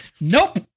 nope